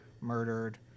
murdered